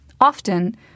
Often